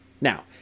Now